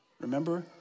Remember